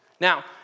Now